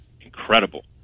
incredible